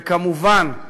וכמובן,